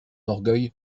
orgueil